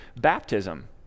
baptism